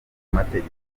amategeko